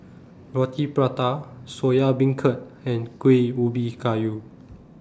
Roti Prata Soya Beancurd and Kuih Ubi Kayu